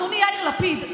אדוני יאיר לפיד,